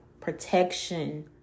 protection